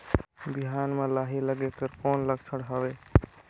बिहान म लाही लगेक कर कौन लक्षण हवे?